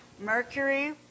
Mercury